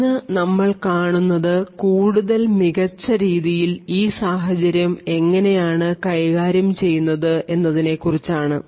ഇന്ന് നമ്മൾ കാണുന്നത് കൂടുതൽ മികച്ച രീതിയിൽ ഈ സഹചര്യം എങ്ങനെയാണ് കൈകാര്യം ചെയ്യുന്നത് എന്നതിനെ കുറിച്ചാണ്